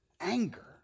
anger